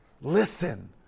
Listen